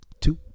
two